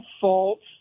faults